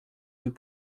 deux